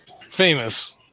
famous